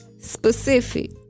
Specific